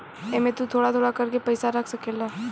एमे तु थोड़ा थोड़ा कर के पईसा रख सकेल